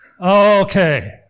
Okay